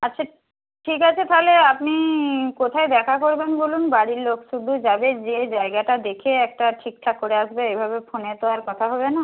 আচ্ছা ঠিক আছে তাহলে আপনি কোথায় দেখা করবেন বলুন বাড়ির লোক শুধু যাবে যেয়ে জায়গাটা দেখে একটা ঠিকঠাক করে আসবে এভাবে ফোনে তো আর কথা হবে না